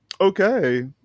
Okay